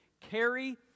carry